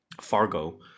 Fargo